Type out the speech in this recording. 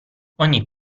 ogni